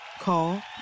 Call